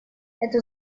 эту